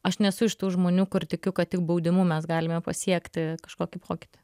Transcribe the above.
aš nesu iš tų žmonių kur tikiu kad tik baudimu mes galime pasiekti kažkokį pokytį